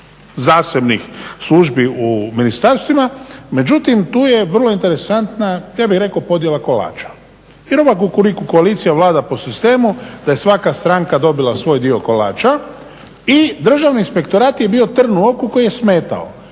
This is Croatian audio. zasebnih službi u ministarstvima. Međutim, tu je vrlo interesantna ja bih rekao podjela kolača. Jer ova Kukuriku koalicija vlada po sistemu da je svaka stranka dobila svoj dio kolača i Državni inspektorat je bio trn u oku koji je smetao.